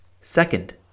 Second